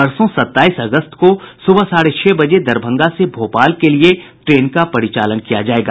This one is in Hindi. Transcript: परसों सत्ताईस अगस्त को सुबह साढ़े छह बजे दरभंगा से भोपाल के लिये ट्रेन का परिचालन किया जायेगा